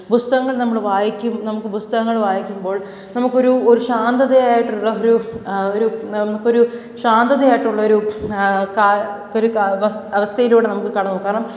പുസ്തകങ്ങൾ നമ്മൾ വായിക്കും നമുക്ക് പുസ്തകങ്ങൾ വായിക്കുമ്പോൾ നമുക്ക് ഒരു ഒരു ശാന്തതയായിട്ടുള്ള ഒരു ഒരു നമുക്ക് ഒരു ശാന്തതയായിട്ടുള്ള ഒരു അവസ്ഥയിലൂടെ നമുക്ക് കടന്നു പോകും കാരണം